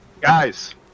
guys